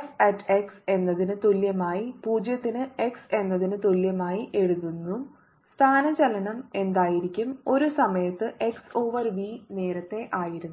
f at x എന്നതിന് തുല്യമായി 0 ന് x എന്നതിന് തുല്യമായി എഴുതുന്നു സ്ഥാനചലനം എന്തായിരിക്കും ഒരു സമയത്ത് x ഓവർ വി നേരത്തെ ആയിരുന്നു